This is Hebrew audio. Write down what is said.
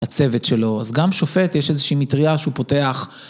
הצוות שלו. אז גם שופט, יש איזושהי מטריה שהוא פותח.